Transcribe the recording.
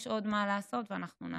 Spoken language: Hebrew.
יש עוד מה לעשות, ואנחנו נעשה.